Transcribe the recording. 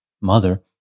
mother